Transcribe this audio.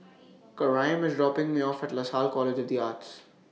Karyme IS dropping Me off At Lasalle College of The Arts